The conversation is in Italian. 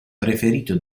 preferito